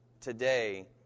today